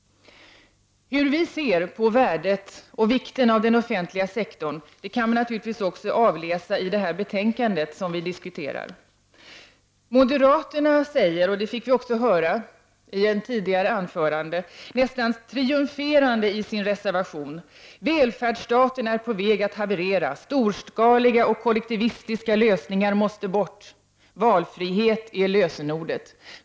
Hur vi ser på värdet och vikten av den offentliga sektorn kan avläsas i det betänkande som vi nu diskuterar. Moderaterna betonar, vilket vi också fick höra i ett tidigare anförande, nästan triumferande i sin reservation att välfärdsstaten är på väg att haverera, att storskaliga och kollektivistiska lösningar måste bort och att valfriheten är lösenordet.